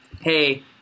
hey